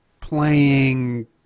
playing